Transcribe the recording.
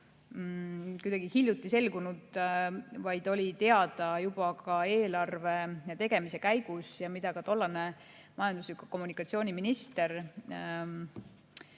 ei ole hiljuti selgunud, vaid oli teada juba eelarve tegemise käigus ja mida ka tollane majandus‑ ja kommunikatsiooniminister